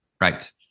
Right